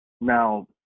Now